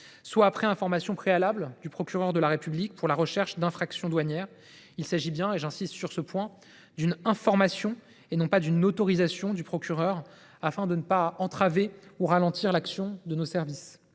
soit après l’information préalable du procureur de la République pour la recherche d’infractions douanières – il s’agit, j’y insiste, d’une information et non pas d’une autorisation du procureur, afin de ne pas entraver ou ralentir l’action de nos services.